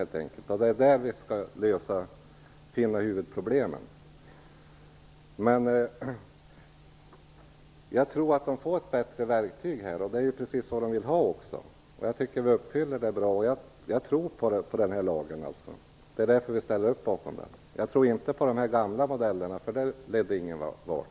Det är på dessa områden vi kan finna huvudproblemen. Jag tror att de kommer att få ett bättre verktyg genom den här lagen, och det är precis vad de vill ha också. Jag tycker att vi uppfyller det bra. Jag tror på den här lagen, och det är därför vi ställer upp bakom den. Jag tror inte på de här gamla modellerna. De ledde ingen vart.